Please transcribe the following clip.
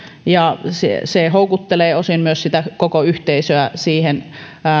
ja se se osin myös houkuttelee sitä koko yhteisöä siihen